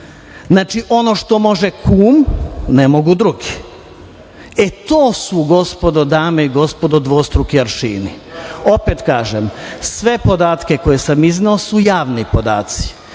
Znači, ono što može kum, ne mogu drugi. To su, dame i gospodo dvostruki aršini. Opet kažem, sve podatke koje sam izneo su javni podaci.